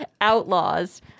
outlaws